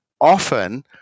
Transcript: often